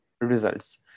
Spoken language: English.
results